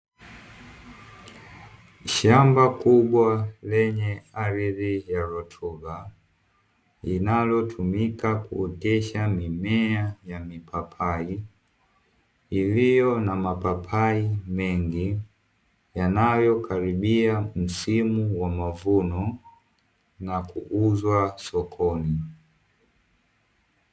Shamba kubwa lenye ardhi ya rutuba linalotumika kuotesha mimea ya mipapai, iliyo na mapapai mengi yanayokaribia msimu wa mavuno na kuuzwa sokoni.